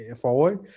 forward